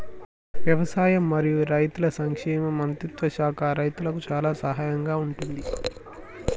వ్యవసాయం మరియు రైతుల సంక్షేమ మంత్రిత్వ శాఖ రైతులకు చాలా సహాయం గా ఉంటుంది